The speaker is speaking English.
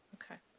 okay.